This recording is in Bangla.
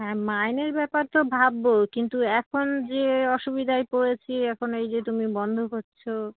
হ্যাঁ মাইনের ব্যাপার তো ভাববো কিন্তু এখন যে অসুবিঢায় পড়েছি এখন এই যে তুমি বন্ধ করছো